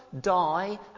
die